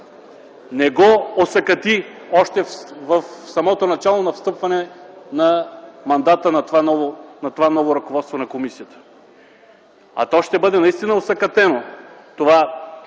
не я осакати още в самото начало на встъпване на мандата на това ново ръководство на комисията. То ще бъде наистина осакатено,